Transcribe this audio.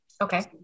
Okay